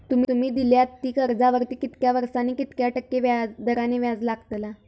तुमि दिल्यात त्या कर्जावरती कितक्या वर्सानी कितक्या टक्के दराने व्याज लागतला?